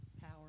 power